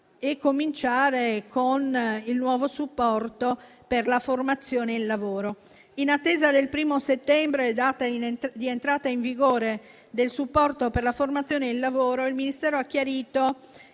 e cominciare con il nuovo supporto per la formazione e il lavoro. In attesa del 1° settembre, data in entrata in vigore del supporto per la formazione e il lavoro, il Ministero ha chiarito